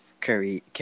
Curry